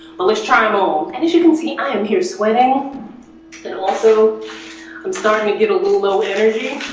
but let's try them on and as you can see i am here sweating and also i'm starting to get a little little energy